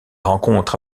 rencontre